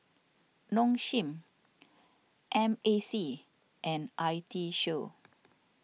Nong Shim M A C and I T Show